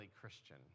Christian